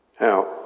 Now